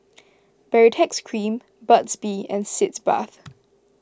Baritex Cream Burt's Bee and Sitz Bath